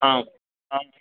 आम् आम्